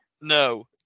No